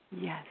Yes